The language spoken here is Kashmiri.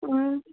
اۭں